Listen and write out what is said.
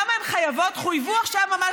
למה הן חויבו עכשיו, ממש